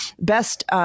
best